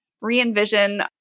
re-envision